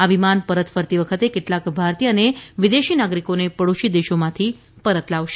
આ વિમાન પરત ફરતી વખતે કેટલાક ભારતીય અને વિદેશી નાગરિકોને પડોશી દેશોમાંથી પરત લાવશે